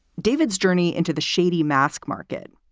david's journey into the shady mask market,